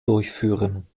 durchführen